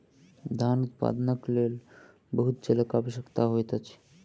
धान उत्पादनक लेल बहुत जलक आवश्यकता होइत अछि